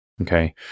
Okay